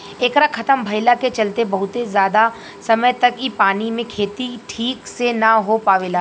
एकरा खतम भईला के चलते बहुत ज्यादा समय तक इ पानी मे के खेती ठीक से ना हो पावेला